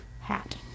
hat